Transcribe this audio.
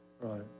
Right